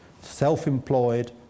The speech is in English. self-employed